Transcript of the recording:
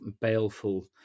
baleful